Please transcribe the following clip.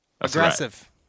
aggressive